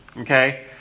Okay